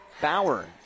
Bauer